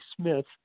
Smith